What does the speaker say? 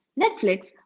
Netflix